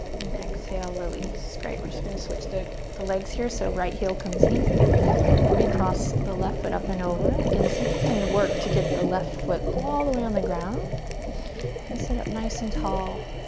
and exhale, release. great, we're just going to switch the the legs here, so right heel comes in and we cross the left foot up and over. again, see if you can work to get the left foot all the way on the ground and sit up nice and tall.